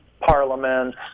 Parliament